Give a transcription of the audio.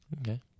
Okay